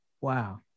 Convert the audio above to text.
Wow